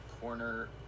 corner